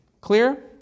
Clear